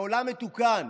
בעולם מתוקן,